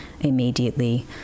immediately